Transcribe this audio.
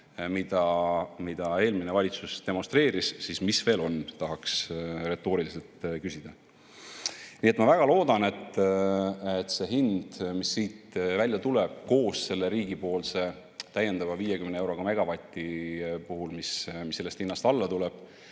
mida eelmine valitsus demonstreeris, siis mis veel on, tahaks retooriliselt küsida. Nii et ma väga loodan, et see hind, mis siit välja tuleb, koos selle riigipoolse täiendava 50 euroga megavati kohta, mis sellest hinnast alla tuleb,